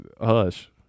Hush